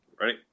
Ready